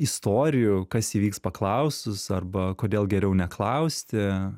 istorijų kas įvyks paklausus arba kodėl geriau neklausti